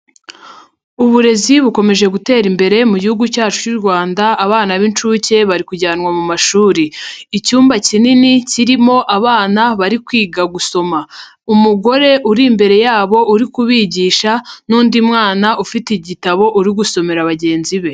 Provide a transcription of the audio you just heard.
Uburezi bukomeje gutera imbere mu Gihugu cyacu cy'u Rwanda abana b'inshuke bari kujyanwa mu mashuri. Icyumba kinini kirimo abana bari kwiga gusom. Umugore uri imbere yabo uri kubigisha n'undi mwana ufite igitabo uri gusomera bagenzi be.